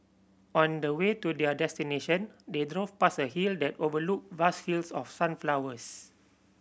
on the way to their destination they drove past a hill that overlooked vast fields of sunflowers